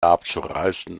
abzureißen